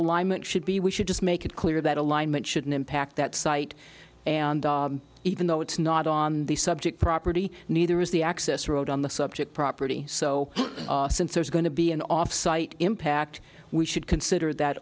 alignment should be we should just make it clear that alignment shouldn't impact that site even though it's not on the subject property neither is the access road on the subject property so since there's going to be an offsite impact we should consider that